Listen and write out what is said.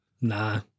Nah